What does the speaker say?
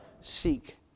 seek